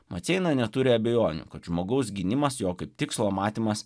maceina neturi abejonių kad žmogaus gynimas jo kaip tikslo matymas